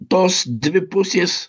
tos dvi pusės